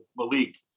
Malik